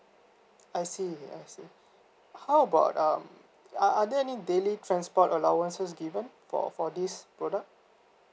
I see I see how about um are are there any daily transport allowance given for for this product